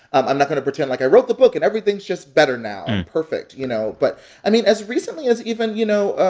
ah i'm not going to pretend like i wrote the book, and everything's just better now or and perfect, you know? but i mean, as recently as even, you know,